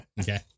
okay